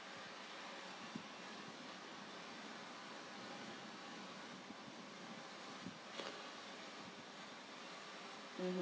mmhmm